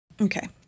Okay